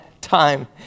time